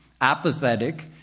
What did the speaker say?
apathetic